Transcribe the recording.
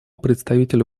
представителю